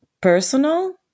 personal